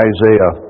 Isaiah